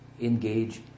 engage